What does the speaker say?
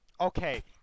Okay